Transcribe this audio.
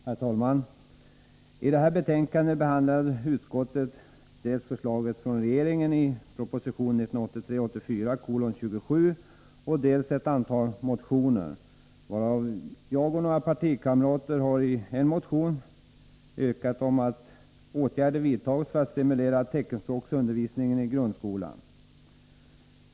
Herr talman! I detta betänkande behandlar utskottet dels förslaget från regeringen i proposition 1983/84:27, dels ett antal motioner. Jag och några partikamrater har i en motion yrkat att åtgärder vidtas för att stimulera teckenspråksundervisningen i grundskolan.